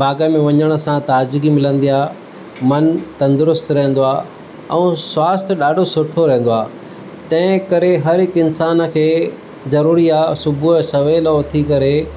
बाग़ में वञण सां ताज़गी मिलंदी आहे मनु तंदुरूस्त रहंदो आहे ऐं स्वास्थ ॾाढो सुठो रहंदो आहे तंहिं करे हर हिकु इंसान खे ज़रूरी आहे सुबुह जो सवेल उथी करे